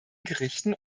gerichten